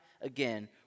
again